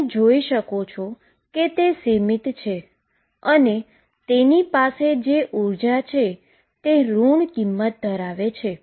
તમે જોઈ શકો છો કે તે બાઉન્ડ છે અને તેની પાસે એનર્જી છે જે ઋણ કિંમત ધરાવે છે